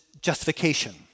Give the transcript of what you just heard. justification